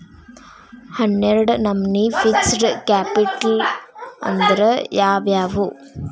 ಹನ್ನೆರ್ಡ್ ನಮ್ನಿ fixed capital ಅಂದ್ರ ಯಾವವ್ಯಾವು?